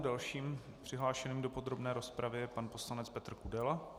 Dalším přihlášeným do podrobné rozpravy je pan poslanec Petr Kudela.